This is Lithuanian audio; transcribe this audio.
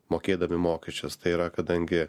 mokėdami mokesčius tai yra kadangi